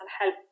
help